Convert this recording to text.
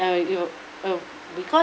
uh you know you know because